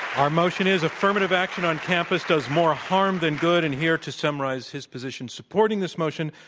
our motion is, affirmative action on campus does more harm than good. and here to summarize his position supporting this motion,